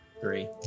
three